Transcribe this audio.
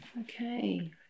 Okay